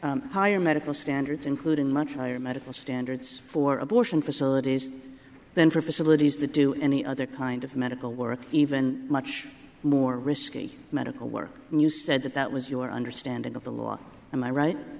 themselves higher medical standards including much higher medical standards for abortion facilities than for facilities the do any other kind of medical work even much more risky medical work and you said that that was your understanding of the law am i right